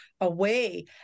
away